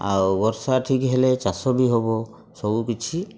ଆଉ ବର୍ଷା ଠିକ୍ ହେଲେ ଚାଷ ବି ହେବ ସବୁକିଛି